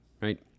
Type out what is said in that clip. right